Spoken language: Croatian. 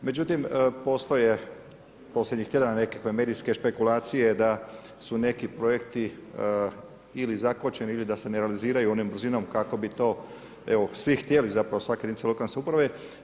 Međutim, postoje posljednjih tjedana nekakve medijske špekulacije, da su neki projekti ili zakočeni ili da se ne realiziraju onom brzinom kako bi to evo, svi htjeli, zapravo svaka jedinice lokalne samouprave.